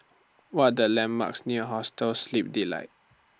What Are The landmarks near Hostel Sleep Delight